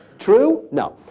true? no.